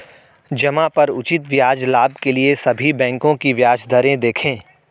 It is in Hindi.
जमा पर उचित ब्याज लाभ के लिए सभी बैंकों की ब्याज दरें देखें